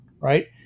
right